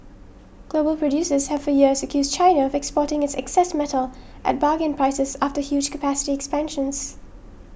global producers have for years accused China of exporting its excess metal at bargain prices after huge capacity expansions